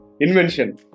Invention